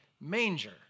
manger